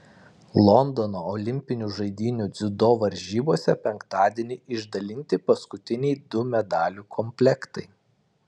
londono olimpinių žaidynių dziudo varžybose penktadienį išdalinti paskutiniai du medalių komplektai